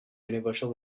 universal